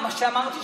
מה שאמרתי,